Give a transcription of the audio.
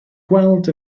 gweld